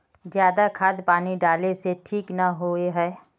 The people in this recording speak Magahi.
ज्यादा खाद पानी डाला से ठीक ना होए है?